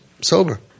sober